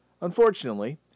Unfortunately